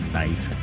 nice